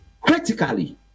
critically